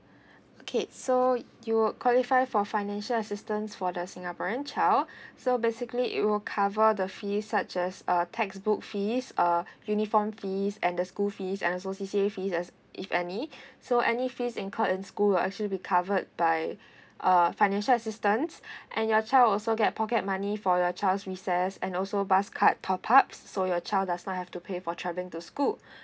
okay so you qualify for financial assistance for the singaporean child so basically it will cover the fees such as uh textbook fees uh uniform fees and the school fees and also C_C_A fees as if any so any fees incurred in school will actually be covered by uh financial assistance and your child also get pocket money for your child's recess and also bus card top up so your child does not have to pay for travelling to school